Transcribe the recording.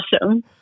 awesome